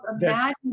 Imagine